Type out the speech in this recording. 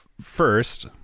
first